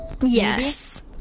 Yes